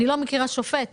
אני לא מכירה שופט שיגיד: